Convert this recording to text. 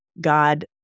God